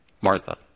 Martha